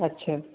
अच्छा